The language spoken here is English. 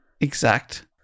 exact